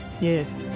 Yes